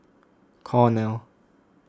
Cornell